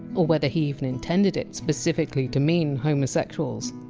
or whether he even intended it specifically to mean homosexuals.